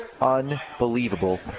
unbelievable